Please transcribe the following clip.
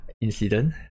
incident